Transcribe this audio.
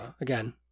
Again